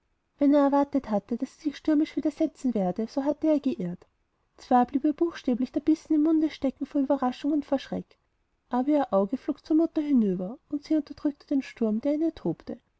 wenn er erwartet hatte daß sie sich stürmisch widersetzen würde so hatte er geirrt zwar blieb ihr buchstäblich der bissen im munde stecken vor ueberraschung und schreck aber ihr auge flog zur mutter hinüber und sie unterdrückte den sturm der in ihr tobte